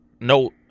No –